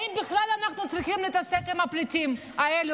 האם בכלל אנחנו צריכים להתעסק עם הפליטים האלה,